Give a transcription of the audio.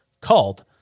Called